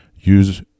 use